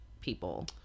people